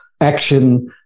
action